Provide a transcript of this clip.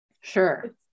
sure